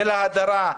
של ההדרה,